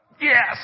Yes